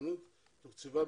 הוא אובדנות